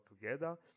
together